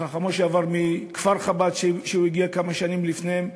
חכם משה עבר מכפר-חב"ד, הוא הגיע כמה שנים לפניהם,